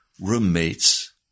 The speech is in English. roommates